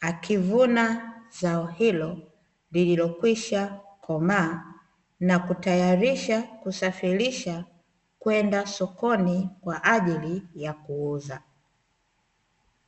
akivuna zao hilo lililokwishakomaa na kutayarisha kusafirisha kwenda sokoni kwa ajili ya kuuza.